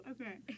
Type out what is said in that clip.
Okay